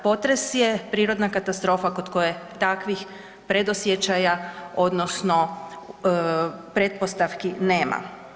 Potres je prirodna katastrofa kod koje takvih predosjećaja odnosno pretpostavki nema.